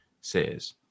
says